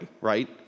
right